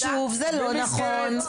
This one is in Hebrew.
ושוב זה לא נכון.